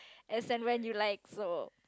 as and when you like so